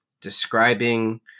describing